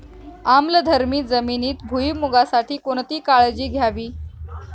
आम्लधर्मी जमिनीत भुईमूगासाठी कोणती काळजी घ्यावी?